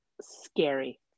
scary